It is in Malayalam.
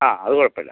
ആ അത് കുഴപ്പമില്ല